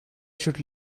should